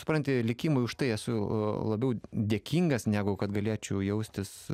supranti likimui už tai esu labiau dėkingas negu kad galėčiau jaustis